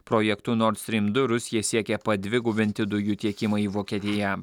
projektu nord strym du rusija siekia padvigubinti dujų tiekimą į vokietiją